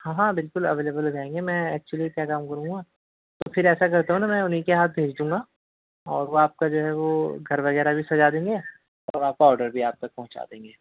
ہاں ہاں بالکل اویلیبل ہو جائیں گے میں ایکچولی کیا کام کروں گا پھر ایسا کرتا ہوں نہ میں اُنہی کے ہاتھ بھیج دوں گا اور وہ آپ کا جو ہے وہ گھر وغیرہ بھی سجا دیں گے اور آپ کا آرڈر بھی آپ تک پہنچا دیں گے